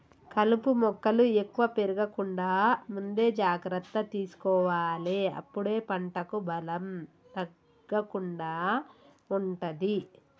కలుపు మొక్కలు ఎక్కువ పెరగకుండా ముందే జాగ్రత్త తీసుకోవాలె అప్పుడే పంటకు బలం తగ్గకుండా ఉంటది